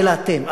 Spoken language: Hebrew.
אלא אתם,